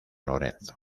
lorenzo